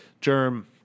Germ